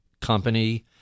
company